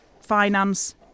finance